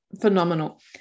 phenomenal